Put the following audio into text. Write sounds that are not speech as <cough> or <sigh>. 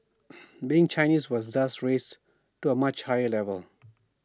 <noise> being Chinese was thus raised to A much higher level